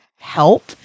help